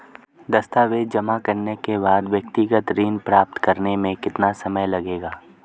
दस्तावेज़ जमा करने के बाद व्यक्तिगत ऋण प्राप्त करने में कितना समय लगेगा?